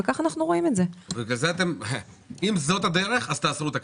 אם זאת הדרך, תעצרו את הכניסה.